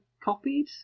copied